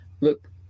Look